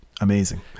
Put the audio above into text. amazing